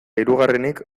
hirugarrenik